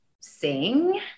sing